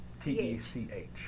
t-e-c-h